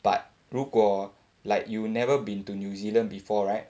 but 如果 like you've never been to new zealand before right